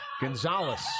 Gonzalez